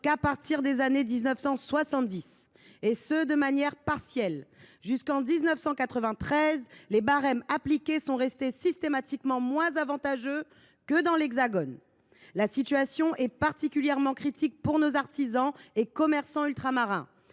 qu’à partir des années 1970, et ce de manière partielle. Jusqu’en 1993, les barèmes appliqués sont restés systématiquement moins avantageux que dans l’Hexagone. La situation est particulièrement critique pour nos artisans et commerçants ultramarins,